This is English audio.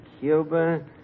Cuba